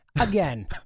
again